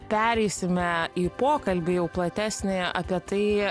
pereisime į pokalbį jau platesnėje apie tai